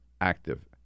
active